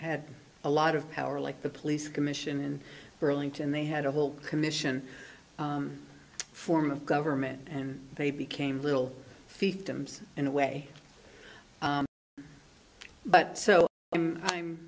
had a lot of power like the police commission in burlington they had a whole commission form of government and they became little fiefdoms in a way but so i'm i'm